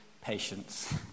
patience